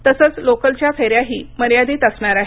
तसंच लोकल च्या फेऱ्याही मर्यादित असणार् आहेत